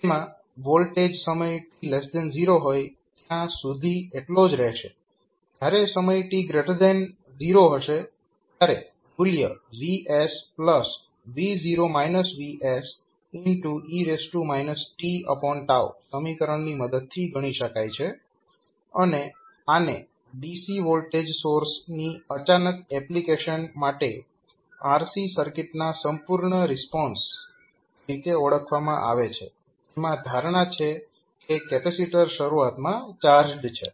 તેમાં વોલ્ટેજ સમય t 0 હોય ત્યાં સુધી એટલો જ રહેશે અને જ્યારે સમય t 0 થશે ત્યારે મૂલ્ય VS e tસમીકરણ ની મદદથી ગણી શકાય છે અને આને DC વોલ્ટેજ સોર્સની અચાનક એપ્લિકેશન માટે RC સર્કિટના સંપૂર્ણ રિસ્પોન્સ તરીકે ઓળખવામાં આવે છે જેમાં ધારણા છે કે કેપેસિટર શરૂઆતમાં ચાર્જડ છે